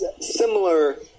similar